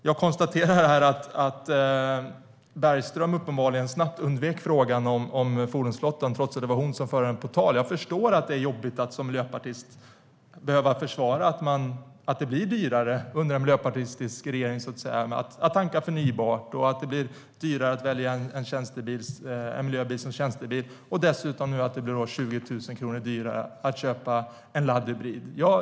Jag konstaterar att Bergström snabbt undvek frågan om fordonsflottan, trots att det var hon som förde den på tal. Jag förstår att det är jobbigt att som miljöpartist behöva försvara att det med en delvis miljöpartistisk regering blir dyrare att tanka förnybart, att det blir dyrare att välja en miljöbil som tjänstebil och att det dessutom blir 20 000 kronor dyrare att köpa en laddhybrid.